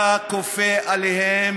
אתה כופה עליהם,